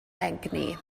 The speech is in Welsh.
egni